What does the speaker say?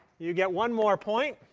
you get one more point.